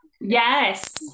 Yes